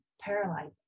paralyzing